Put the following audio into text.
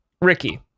ricky